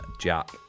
Jack